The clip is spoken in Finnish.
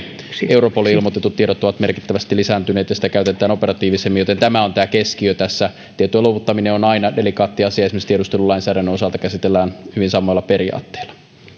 europoliin ilmoitetut tiedot ovat merkittävästi lisääntyneet ja sitä käytetään operatiivisemmin tämä on tämä keskiö tässä tietojen luovuttaminen on aina delikaatti asia esimerkiksi tiedustelulainsäädännön osalta sitä käsitellään hyvin samoilla periaatteilla